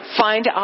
find